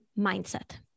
mindset